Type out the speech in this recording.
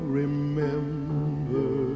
remember